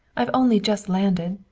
i've only just landed.